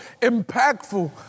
impactful